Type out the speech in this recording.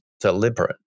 deliberate